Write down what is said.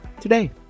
today